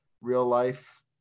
real-life